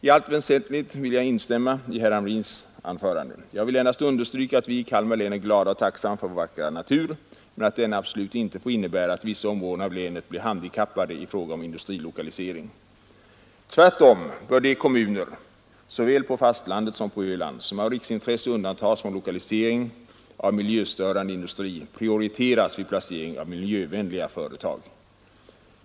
I allt väsentligt kan jag instämma i herr Hamrins anförande. Jag vill endast understryka att vi i Kalmar län är glada och tacksamma över vår vackra natur, men att denna absolut inte får innebära att vissa områden av länet blir handikappade i fråga om industrilokalisering. Tvärtom bör de kommuner — såväl på fastlandet som på Öland — som av riksintresse undantas från lokalisering av miljöstörande industri prioriteras vid placering av miljövänliga företag.